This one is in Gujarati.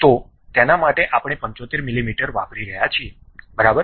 તો તેના માટે આપણે 75 મિલીમીટર વાપરી રહ્યા છીએ બરાબર